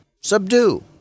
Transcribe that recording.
subdue